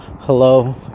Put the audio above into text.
Hello